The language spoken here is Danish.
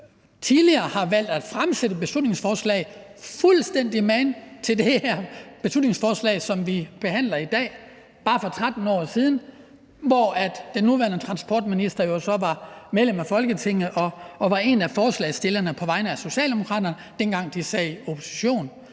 tidligere har valgt at fremsætte et beslutningsforslag fuldstændig magen til det beslutningsforslag, som vi behandler i dag, bare for 13 år siden, hvor den nuværende transportminister jo så var medlem af Folketinget og var en af forslagsstillerne på vegne af Socialdemokraterne, dengang de sad i opposition.